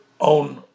own